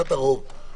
את הרוב.